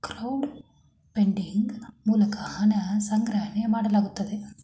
crowd funding ಮೂಲಕ ಹಣ ಸಂಗ್ರಹಣೆ ಮಾಡಲಾಗುತ್ತದೆ